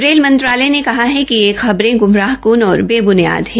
rail मंत्रालय ने कहा कि ये खबरे ग्मराहकृन और बेब्नियाद है